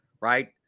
right